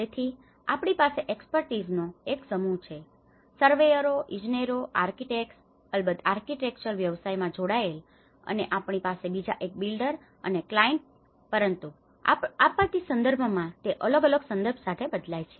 તેથી આપણી પાસે એક્સપર્ટીસનો expertise કુશળતા એક સમૂહ છે સર્વેયરો surveyors સર્વેક્ષણકારો ઇજનેરો આર્કિટેક્ટ્સ અલબત્ત આર્કિટેક્ચરલ વ્યવસાયમાં જોડાયેલ અને આપણી પાસે બીજા એક બિલ્ડર અને ક્લાયન્ટ client ગ્રાહક પરંતુ આપત્તિ સંદર્ભમાં તે અલગ અલગ સંદર્ભ સાથે બદલાય છે